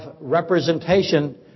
representation